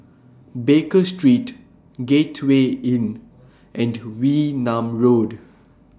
Baker Street Gateway Inn and Wee Nam Road